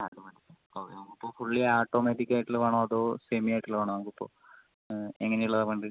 അത് മതി അതിന് അപ്പോൾ ഫുള്ളി ഓട്ടോമാറ്റിക്ക് ആയിട്ട് ഉള്ള വേണോ അതോ സെമി ആയിട്ട് ഉള്ള വേണോ ഇപ്പോൾ എങ്ങനെ ഉള്ളതാണ് വേണ്ടത്